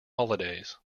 holidays